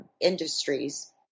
industries